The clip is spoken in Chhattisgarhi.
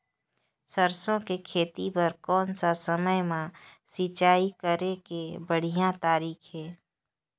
सरसो के खेती बार कोन सा समय मां सिंचाई करे के बढ़िया तारीक हे?